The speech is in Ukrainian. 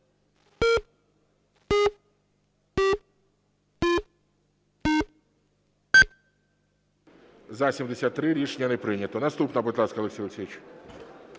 За-73 Рішення не прийнято. Наступна, будь ласка, Олексій Олексійович.